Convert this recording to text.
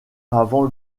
avant